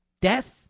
Death